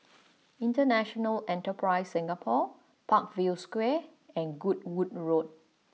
International Enterprise Singapore Parkview Square and Goodwood Road